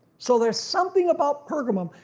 so there's something about pergamum.